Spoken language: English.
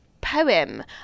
poem